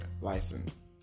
license